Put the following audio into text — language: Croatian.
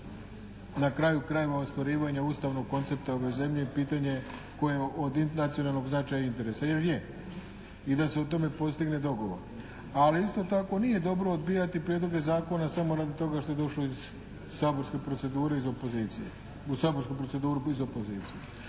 na kraju ostvarivanja ustavnog koncepta ove zemlje i pitanja koje je od nacionalnog značaja i interesa, jer je. I da se o tome postigne dogovor. Ali isto tako nije dobro odbijati prijedloge zakona samo radi toga što je došlo iz saborske procedure, iz opozicije, u saborsku proceduru iz opozicije.